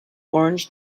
orange